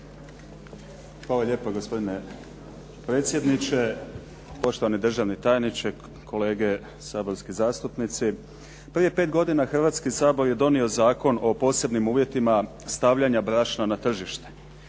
Hvala lijepa. Gospodine predsjedniče, poštovani državni tajniče, kolege saborski zastupnici. Prije pet godina Hrvatski sabor je donio Zakon o posebnim uvjetima stavljanja brašna na tržište.